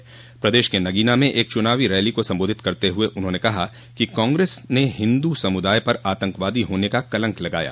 बिजनौर के नगीना में एक चुनावी रैली को संबोधित करते हुए उन्होंने कहा कि कांग्रेस ने हिन्दू समुदाय पर आतंकवादी होने का कलंक लगाया